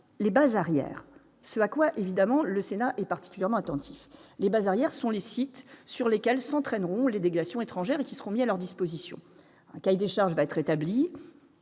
les bases arrières, ce à quoi, évidemment, le Sénat est particulièrement attentif les bases arrière sont les sites sur lesquels s'entraîneront les déviations étrangères qui seront mis à leur disposition un cahier des charges va être établi,